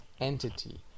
entity